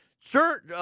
sure